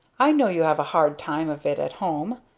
i know you have a hard time of it at home.